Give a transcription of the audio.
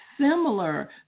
similar